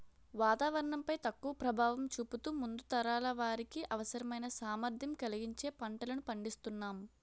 వాతావరణం పై తక్కువ ప్రభావం చూపుతూ ముందు తరాల వారికి అవసరమైన సామర్థ్యం కలిగించే పంటలను పండిస్తునాం